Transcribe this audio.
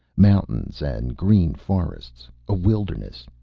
mountains and green forests. a wilderness.